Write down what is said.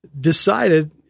decided